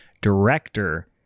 director